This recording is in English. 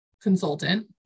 consultant